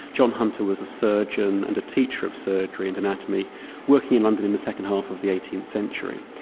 john hunter was a surgeon and a teacher of surgery and anatomy working in london in the second half of the eighteenth century.